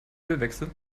ölwechsel